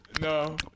no